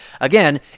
again